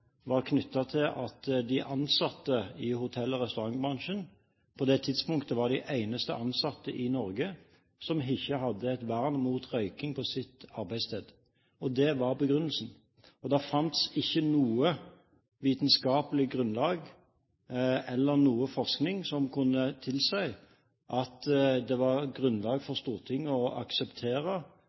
var knyttet til at de ansatte i hotell- og restaurantbransjen på det tidspunktet var de eneste ansatte i Norge som ikke hadde et vern mot røyking på sitt arbeidssted. Det var begrunnelsen. Det fantes ikke noe vitenskapelig grunnlag eller noen forskning som kunne tilsi at det var grunnlag for Stortinget å akseptere